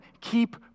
keep